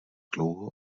dlouho